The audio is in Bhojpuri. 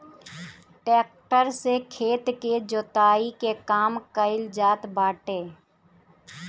टेक्टर से खेत के जोताई के काम कइल जात बाटे